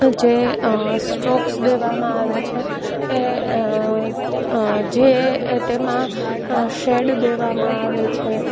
જે સ્ટ્રોક્સ દેવામાં આવે છે એ જે તેમાં શેડ દેવામાં આવે છે